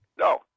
No